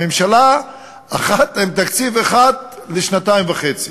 ממשלה אחת עם תקציב אחד לשנתיים וחצי.